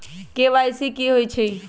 KYC कि होई छई?